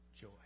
joy